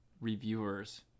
reviewers